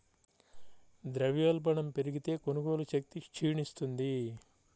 ద్రవ్యోల్బణం పెరిగితే, కొనుగోలు శక్తి క్షీణిస్తుంది